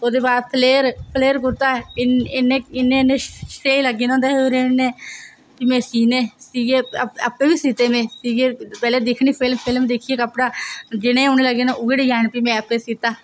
ओह्दे बाद फ्लेयर इन्ने इन्ने स्हेई लग्गी ना फ्ही अप्पैं बी सीते में पैह्लें फिल्म फुल्म दिक्खनी फिल्म दिक्खियै कपड़ा जनेह् उनैं लग्गे दे हन फ्ही उऐ जेह् सीने